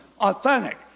authentic